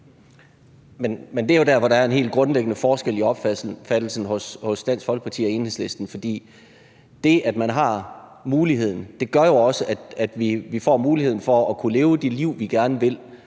Men det er jo der, hvor der en helt grundlæggende forskel i opfattelsen hos Dansk Folkeparti og Enhedslisten. For det, at man har muligheden, gør jo også, at man får muligheden for at kunne leve det liv, man gerne vil,